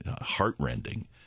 heartrending